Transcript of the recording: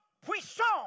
puissant